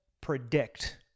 predict